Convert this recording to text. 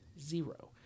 Zero